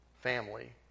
family